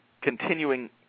continuing